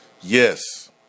yes